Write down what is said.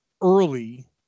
early